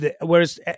Whereas